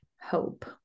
hope